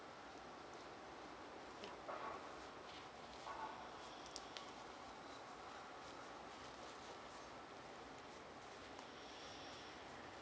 mm